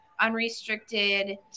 unrestricted